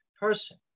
person